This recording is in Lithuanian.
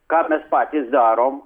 ką mes patys darom